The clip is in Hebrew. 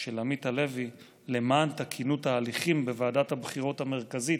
של עמית הלוי למען תקינות תהליכים בוועדת הבחירות המרכזית,